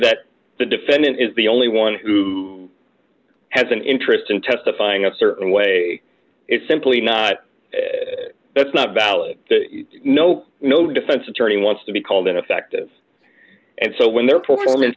that the defendant is the only one who has an interest in testifying up a certain way is simply not that's not valid no no defense attorney wants to be called ineffective and so when their performance